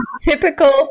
Typical